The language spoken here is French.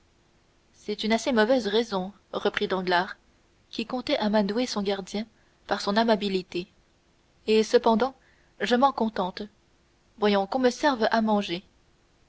c'est une assez mauvaise raison reprit danglars qui comptait amadouer son gardien par son amabilité et cependant je m'en contente voyons qu'on me serve à manger